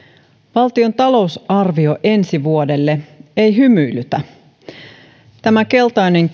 valtion talousarvio ensi vuodelle ei hymyilytä tämä keltainen